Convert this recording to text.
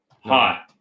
Hi